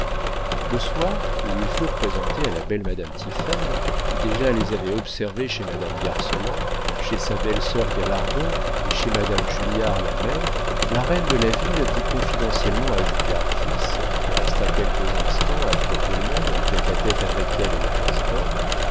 le soir où ils furent présentés à la belle madame tiphaine qui déjà les avait observés chez madame garceland chez sa belle-sœur galardon et chez madame julliard la mère la reine de la ville dit confidentiellement à julliard fils qui resta quelques instants après tout le monde en tête-à-tête avec elle et le président